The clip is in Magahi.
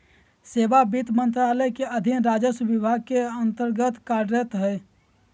सेवा वित्त मंत्रालय के अधीन राजस्व विभाग के अन्तर्गत्त कार्यरत हइ